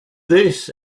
this